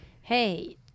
hey